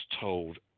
told